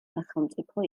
სახელმწიფო